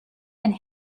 and